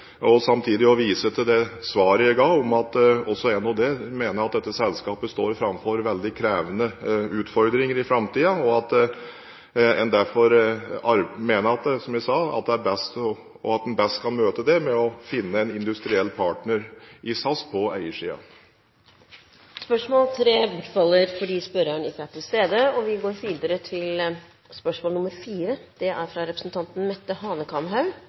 svaret jeg ga, om at også NHD mener at dette selskapet står foran veldig krevende utfordringer i framtiden, og at en derfor, som jeg sa, mener at en i SAS best kan møte dette med å finne en industriell partner på eiersiden. Dette spørsmålet bortfaller fordi spørreren ikke er til stede. Jeg ønsker å stille mitt spørsmål til kunnskapsministeren: «Fremskrittspartiet har tidligere fremmet forslag om å fjerne forbudet mot nivådelt undervisning for å gjøre det